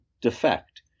defect